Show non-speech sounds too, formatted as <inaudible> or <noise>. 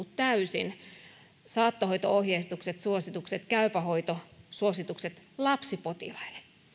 <unintelligible> täysin saattohoito ohjeistukset suositukset käypä hoito suositukset lapsipotilaille